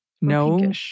no